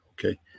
okay